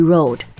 Road